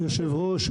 היושב ראש,